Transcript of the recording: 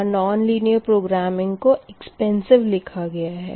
यहाँ non linear programming को expensive लिखा गया है